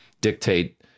dictate